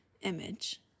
image